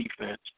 defense